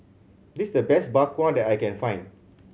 this the best Bak Kwa that I can find